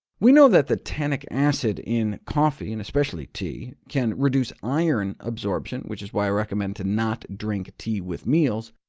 we know that the tannic acid in coffee and especially tea can reduce iron absorption, which is why i recommend to not drink tea with meals,